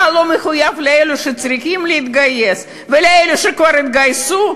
אתה לא מחויב לאלה שצריכים להתגייס ולאלה שכבר התגייסו?